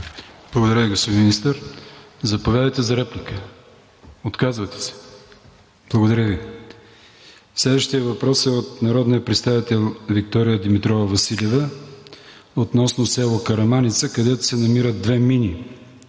Благодаря Ви, господин Министър. Заповядайте за реплика. Отказвате се. Благодаря Ви. Следващият въпрос е от народния представител Виктория Димитрова Василева относно село Караманица, където се намират две мини